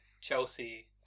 Chelsea